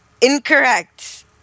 Incorrect